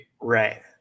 Right